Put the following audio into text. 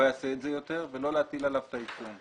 יעשה את זה יותר ולא להטיל עליו את העיצום.